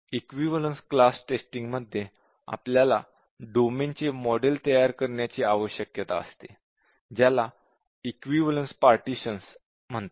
equivalence class testing मध्ये आपल्याला domain चे मॉडेल तयार करण्याची आवश्यकता असते ज्याला इक्विवलेन्स पार्टिशन्स म्हणतात